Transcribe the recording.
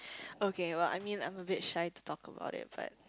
okay well I mean I'm a bit shy to talk about it but